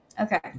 Okay